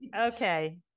okay